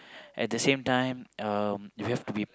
at the same time um you have to be